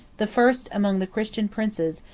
the first, among the christian princes,